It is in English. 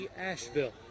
Asheville